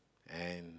and